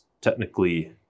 technically